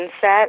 set